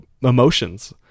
emotions